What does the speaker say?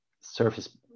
surface